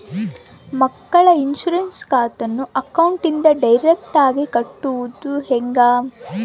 ಮಕ್ಕಳ ಇನ್ಸುರೆನ್ಸ್ ಕಂತನ್ನ ಅಕೌಂಟಿಂದ ಡೈರೆಕ್ಟಾಗಿ ಕಟ್ಟೋದು ಹೆಂಗ?